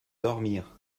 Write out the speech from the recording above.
dormir